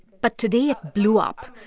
but today, it blew up.